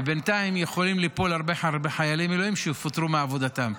ובינתיים יכולים ליפול הרבה חיילי מילואים שיפוטרו מעבודתם.